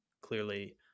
clearly